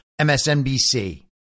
MSNBC